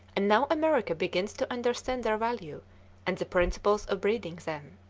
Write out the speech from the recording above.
and now america begins to understand their value and the principles of breeding them.